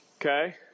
Okay